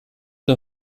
dem